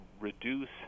reduce